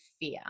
fear